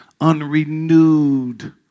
unrenewed